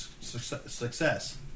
success